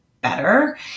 better